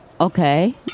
Okay